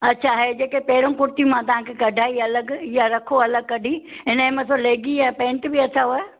अच्छा इहे जेके पहिरों कुर्ती मां तव्हांखे कढाई अलॻि इहा रखो अलॻि कढी हिन जे मथो लैगी या पेंट बि अथव